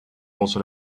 also